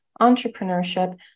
entrepreneurship